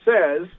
says